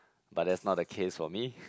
but that's not the case for me